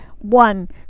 one